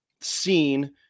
seen